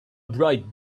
bright